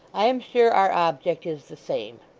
i am sure our object is the same.